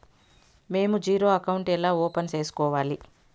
మేము zero account ఎలా open సేసుకోవాలి